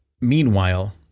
meanwhile